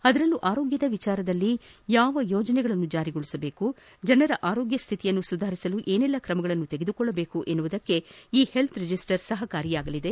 ಅದರಲ್ಲೂ ಆರೋಗ್ಯದ ವಿಚಾರದಲ್ಲಿ ಯಾವ ಯೋಜನೆಗಳನ್ನು ಜಾರಿಗೊಳಿಸಬೇಕು ಜನರ ಆರೋಗ್ಯ ಸ್ಹಿತಿಯನ್ನು ಸುಧಾರಿಸಲು ಏನೆಲ್ಲಾ ಕ್ರಮಗಳನ್ನು ತೆಗೆದುಕೊಳ್ಳಬೇಕು ಎಂಬುದಕ್ಕೆ ಈ ಹೆಲ್ತ್ ರಿಜಿಸ್ಟರ್ ಸಹಕಾರಿಯಾಗಲಿದೆ